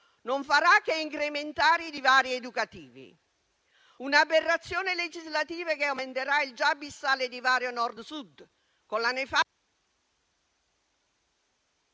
non farà che incrementare i divari educativi, un'aberrazione legislativa che aumenterà il già abissale divario Nord-Sud, per non parlare